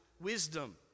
wisdom